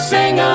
sing